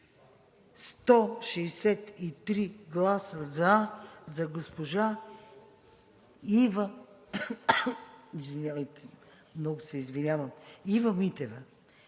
163 гласа за госпожа Ива Митева